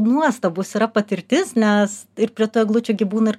nuostabus yra patirtis nes ir prie tų eglučių gi būna ir